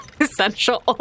Essential